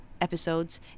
episodes